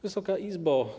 Wysoka Izbo!